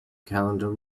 calendar